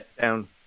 down